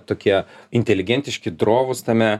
tokie inteligentiški drovūs tame